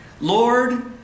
Lord